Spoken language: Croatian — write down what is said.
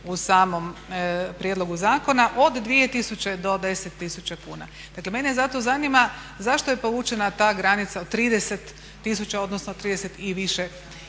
u samom prijedlogu zakona od 2000. do 10000 kuna. Dakle mene zato zanima zašto je povučena ta granica od 30 tisuća, odnosno 30 i više